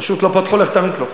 פשוט לא פתחו לך את המיקרופון.